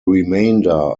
remainder